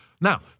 Now